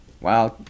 Wow